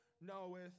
knoweth